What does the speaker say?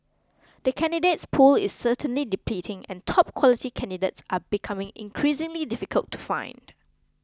the candidates pool is certainly depleting and top quality candidates are becoming increasingly difficult to find